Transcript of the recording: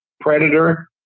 predator